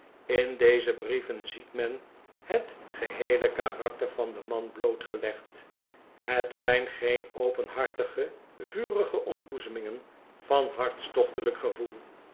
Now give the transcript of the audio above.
in deze brieven ziet men het geheele karakter van den man blootgelegd het zijn geen openhartige vurige ontboezemingen van hartstochtelijk gevoel